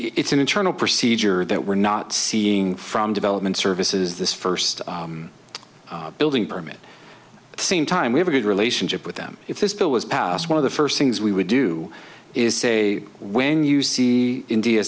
it's an internal procedure that we're not seeing from development services this first building permit same time we have a good relationship with them if this bill was passed one of the first things we would do is say when you see india